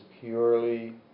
purely